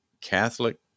Catholic